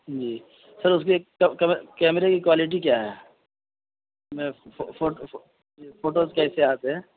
جی sir اس کی کیمرے کی کوائلٹی کیا ہے میں فوٹوز کیسے آتے ہیں